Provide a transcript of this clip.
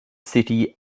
city